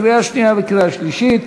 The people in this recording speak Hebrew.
קריאה שנייה וקריאה שלישית.